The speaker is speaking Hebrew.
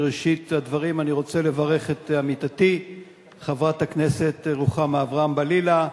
בראשית הדברים אני רוצה לברך את עמיתתי חברת הכנסת רוחמה אברהם-בלילא,